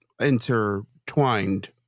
intertwined